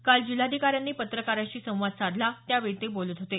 काल जिल्हाधिकाऱ्यांनी पत्रकारांशी संवाद साधला त्यावेळी ते बोलत होते